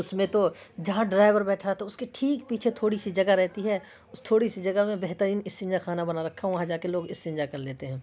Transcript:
اس میں تو جہاں ڈرائیور بیٹھا اس کے ٹھیک پیچھے تھوڑی سی جگہ رہتی ہے تھوڑی سی جگہ میں بہترین استنجا خانہ بنا رکھا ہے وہاں جا کے لوگ استنجا کر لیتے ہیں